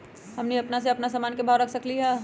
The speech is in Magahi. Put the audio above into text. हमनी अपना से अपना सामन के भाव न रख सकींले?